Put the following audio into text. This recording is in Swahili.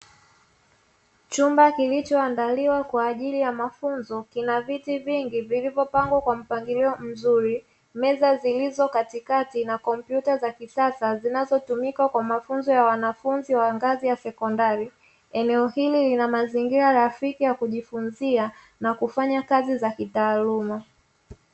Chumba kilichoandaliwa kwa ajili ya mafunzo kina viti vingi, vilivyopangwa kwa mpangilio mzuri, meza zilizo katikati na kompyuta za kisasa zinazotumika kwa mafunzo ya wanafunzi wa ngazi ya sekondari, eneo hili lina mazingira rafiki ya kujifunzia na kufanya kazi za kitaaluma.